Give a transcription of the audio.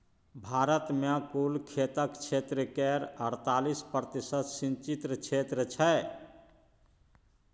भारत मे कुल खेतक क्षेत्र केर अड़तालीस प्रतिशत सिंचित क्षेत्र छै